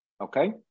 Okay